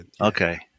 Okay